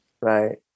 Right